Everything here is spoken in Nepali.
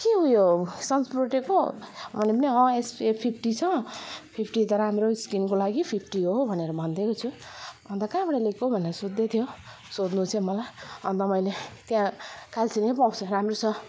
के हो यो सन्स प्रटेक्ट हो मैले पनि अँ एपिएफ फिफ्टी छ फिफ्टी त राम्रो हो स्किनको लागि फिफ्टी हो भनेर भनिदिएको छु अन्त कहाँबाट लिएको भनेर सोध्दै थियो सोध्नु चाहिँ मलाई अन्त मैले त्यहाँ कालचिनीमै पाउँछ राम्रो छ